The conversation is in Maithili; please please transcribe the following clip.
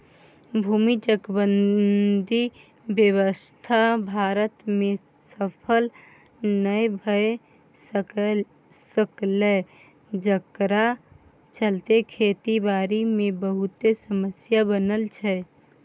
भूमि चकबंदी व्यवस्था भारत में सफल नइ भए सकलै जकरा चलते खेती बारी मे बहुते समस्या बनल छै